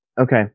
Okay